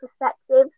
perspectives